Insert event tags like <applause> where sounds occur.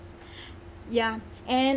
<breath> ya and